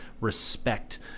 respect